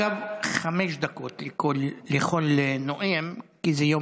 אגב, חמש דקות לכל נואם, כי זה דיון